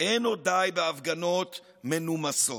לא די עוד בהפגנות מנומסות.